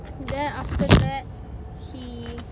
then after that he